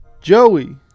Joey